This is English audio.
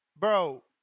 Bro